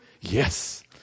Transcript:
Yes